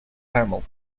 thermal